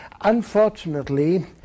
Unfortunately